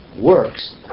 works